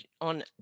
on